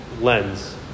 lens